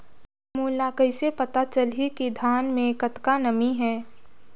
मोला कइसे पता चलही की धान मे कतका नमी हे?